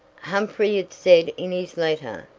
humphrey had said in his letter,